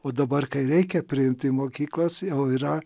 o dabar kai reikia priimti į mokyklas jau yra